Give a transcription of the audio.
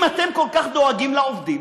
אם אתם כל כך דואגים לעובדים,